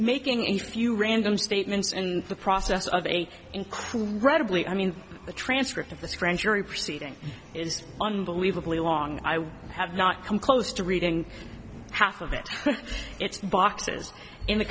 making a few random statements in the process of eight incredibly i mean the transcript of this grand jury proceeding is unbelievably long i have not come close to reading half of it but it's boxes in the